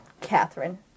Catherine